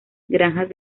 granjas